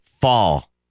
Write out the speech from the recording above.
fall